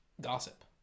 gossip